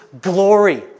glory